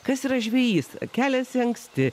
kas yra žvejys keliasi anksti